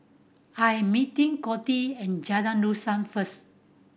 I'm meeting Coty at Jalan Dusan first